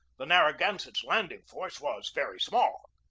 the narragansett's landing force was very small.